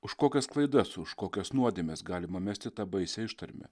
už kokias klaidas už kokias nuodėmes galima mesti tą baisią ištarmę